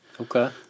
Okay